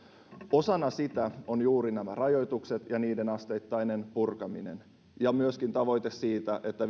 osana sitä on juuri nämä rajoitukset ja niiden asteittainen purkaminen ja myöskin tavoite siitä että